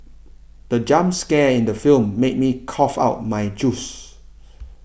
the jump scare in the film made me cough out my juice